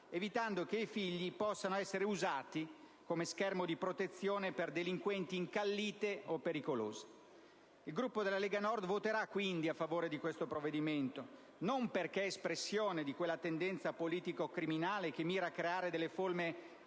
evitando che i figli possano essere usati come schermo di protezione per delinquenti incallite o pericolose. Il Gruppo della Lega Nord voterà quindi a favore di questo provvedimento, non perché espressione di quella tendenza politico-criminale che mira a creare delle forme